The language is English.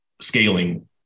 scaling